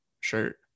shirt